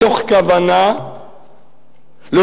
מתוך כוונה להוכיח,